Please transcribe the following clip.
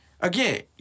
again